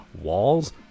walls